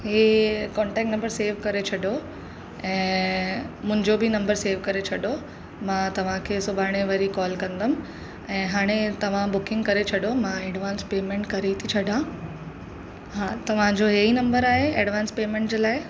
इहे contact number save करे छॾो ऐं मुंहिंजो बि नंबर सेव करे छॾो मां तव्हांखे सुभाणे वरी कॉल कंदमि ऐं हाणे तव्हां बुकिंग करे छॾो मां एडवांस पेमेंट करे थी छॾा हा तव्हांजो इहे ई नंबर आहे एडवांस पेमेंट जे लाइ